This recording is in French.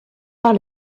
par